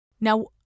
Now